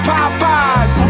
Popeyes